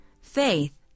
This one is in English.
faith